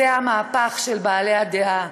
זהו המהפך של בעלי הדעה.